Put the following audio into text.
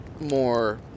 more